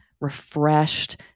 refreshed